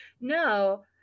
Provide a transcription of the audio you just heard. No